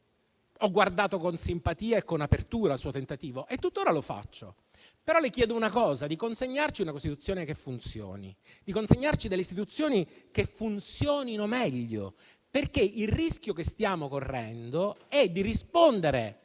ho guardato con simpatia e con apertura al suo tentativo e tuttora lo faccio. Le chiedo però di consegnarci una Costituzione che funzioni e delle istituzioni che funzionino meglio. Il rischio che stiamo correndo è di rispondere